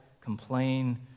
complain